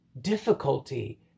difficulty